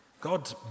God